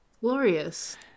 Glorious